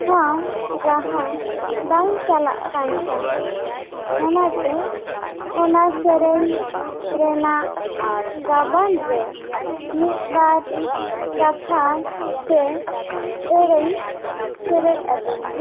ᱥᱟᱶ ᱨᱟᱦᱟ ᱵᱟᱝ ᱪᱟᱞᱟᱜ ᱠᱟᱱ ᱛᱟᱦᱮᱫ ᱚᱱᱟᱛᱮ ᱚᱱᱟ ᱥᱮᱨᱮᱧ ᱨᱮᱱᱟᱜ ᱜᱟᱵᱟᱱ ᱨᱮ ᱢᱤᱫ ᱵᱟᱨ ᱠᱟᱛᱷᱟᱧ ᱥᱮ ᱟ ᱲᱟ ᱧ ᱥᱮᱨᱮᱧ ᱟ ᱫᱟ ᱧ